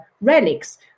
relics